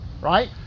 right